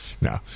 No